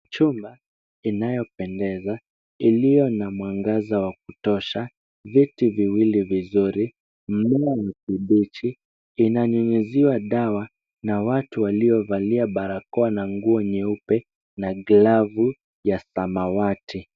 Chumba inayopendeza, iliyo na mwangaza wa kutosha, viti viwili vizuri, mmea ni kibichi, inanyunyuziwa dawa na watu waliovalia barakoa na nguo nyeupe na glavu ya samawati.